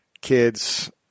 kids